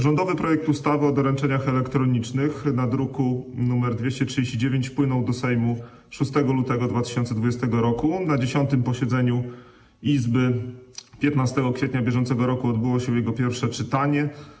Rządowy projekt ustawy o doręczeniach elektronicznych z druku nr 239 wpłynął do Sejmu 6 lutego 2020 r., na 10. posiedzeniu Izby 15 kwietnia br. odbyło się jego pierwsze czytanie.